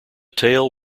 tale